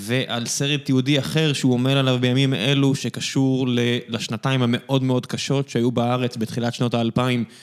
ועל סרט יהודי אחר שהוא עומד עליו בימים אלו שקשור לשנתיים המאוד מאוד קשות שהיו בארץ בתחילת שנות האלפיים.